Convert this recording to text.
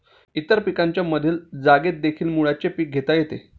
इतर पिकांच्या मधील जागेतदेखील मुळ्याचे पीक घेता येते